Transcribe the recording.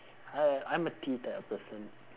uh I'm a tea type of person